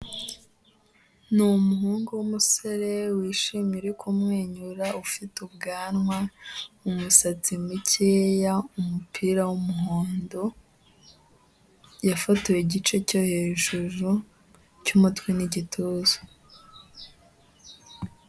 Ni umuhungu w'umusore wishimye uri kumwenyura ufite ubwanwa, umusatsi mukeya, umupira w'umuhondo, yafotowe igice cyo hejuru cy'umutwe n'igituza.